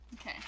Okay